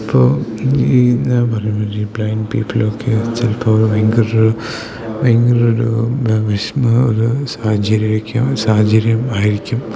ഇപ്പോൾ ഇന്ന് ഈ ഞാൻ പറയാൻ പറ്റിയ ബ്ലൈൻഡ് പീപ്പിൾ ഒക്കെ ചിലപ്പോൾ ഭയങ്കര ഭയങ്കര ഒരു ഒരു സാഹചര്യം സാഹചര്യം ആയിരിക്കും